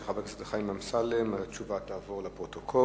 של חבר הכנסת חיים אמסלם, התשובה תעבור לפרוטוקול.